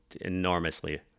enormously